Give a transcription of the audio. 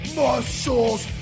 muscles